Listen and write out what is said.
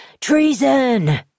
Treason